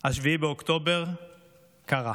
7 באוקטובר קרה.